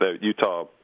Utah